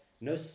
no